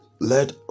Let